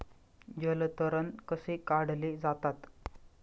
जलतण कसे काढले जातात?